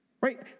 right